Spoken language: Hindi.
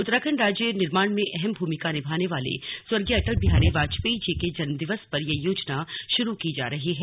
उत्तराखंड राज्य निर्माण में अहम भूमिका निभाने वाले स्वर्गीय अटल बिहारी वाजपेयी जी के जन्म दिवस पर ये योजना शुरू की जा रही है